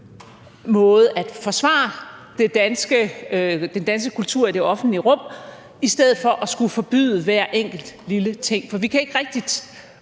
måde at forsvare den danske kultur på i det offentlige rum i stedet for at skulle forbyde hver enkelt lille ting. For vi kan ikke rigtig